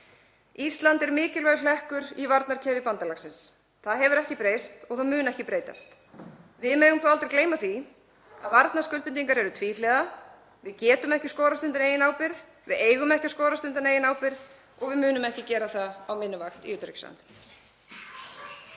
Ísland er mikilvægur hlekkur í varnarkeðju bandalagsins. Það hefur ekki breyst og það mun ekki breytast. Við megum þó aldrei gleyma því að varnarskuldbindingar eru tvíhliða. Við getum ekki skorast undan eigin ábyrgð. Við eigum ekki að skorast undan eigin ábyrgð og við munum ekki gera það á minni vakt í